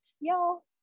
y'all